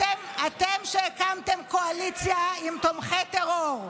שהקמתם קואליציה עם תומכי טרור,